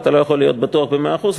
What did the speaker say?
אתה לא יכול להיות בטוח במאה אחוז,